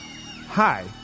Hi